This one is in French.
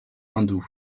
hindoue